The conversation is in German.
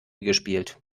gespielt